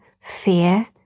fear